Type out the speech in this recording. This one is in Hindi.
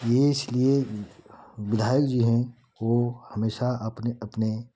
ये इसलिए विधायक जी हैं वो हमेशा अपने अपने